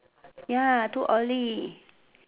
ya too early